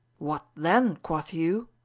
what then, quoth you?